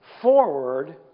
forward